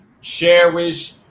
cherish